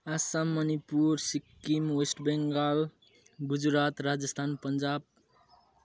Assam Manipur Sikkim West Bengal Gujarat Rajasthan Punjab